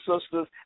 sisters